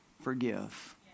forgive